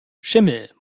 schimmel